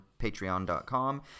Patreon.com